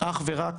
אך ורק